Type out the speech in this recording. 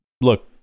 look